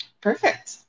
Perfect